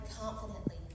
confidently